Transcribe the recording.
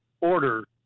order